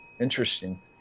interesting